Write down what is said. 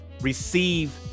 receive